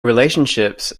relationships